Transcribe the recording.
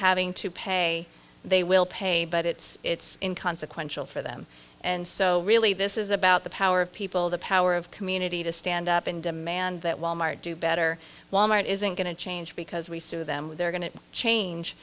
having to pay they will pay but it's it's in consequential for them and so really this is about the power of people the power of community to stand up and demand that wal mart do better wal mart isn't going to change because we sue them they're going to change